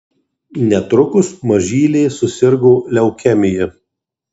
netrukus mažylė susirgo leukemija